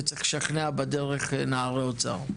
וצריך לשכנע בדרך נערי אוצר.